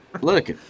Look